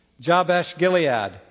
Jabesh-Gilead